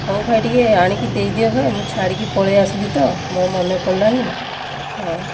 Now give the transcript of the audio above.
ହେଉ ଭାଇ ଟିକିଏ ଆଣିକି ଦେଇଦିଅ ଭାଇ ମୁଁ ଛାଡ଼ିକି ପଳେଇଆସିଲି ତ ମୋର ମନେ ପଡ଼ିଲାନାହିଁ ହଁ